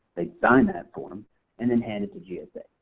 they'd sign that form and then hand it to gsa.